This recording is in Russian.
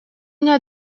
меня